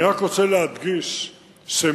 אני רק רוצה להדגיש שמעבר